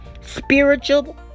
spiritual